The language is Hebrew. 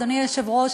אדוני היושב-ראש,